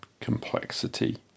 complexity